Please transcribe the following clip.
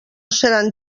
seran